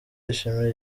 yishimira